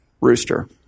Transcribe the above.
rooster